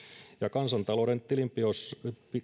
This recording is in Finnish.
kansantalouden tilinpidossa